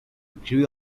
grew